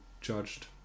judged